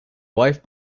wife